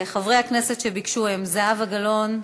חברי הכנסת שביקשו הם: זהבה גלאון,